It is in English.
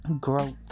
growth